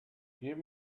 give